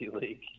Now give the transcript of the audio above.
league